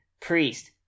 priest